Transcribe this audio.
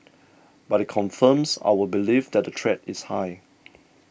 but it confirms our belief that the threat is high